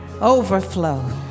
overflow